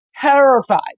Terrified